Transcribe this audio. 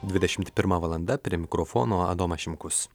dvidešimt pirma valanda prie mikrofono adomas šimkus